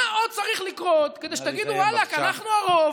מה עוד צריך לקרות כדי שתגידו: ואללה, אנחנו הרוב,